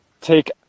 take